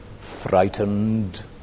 frightened